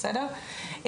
בסדר?